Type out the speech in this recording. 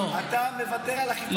אתה מוותר על אכיפת החוק.